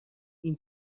این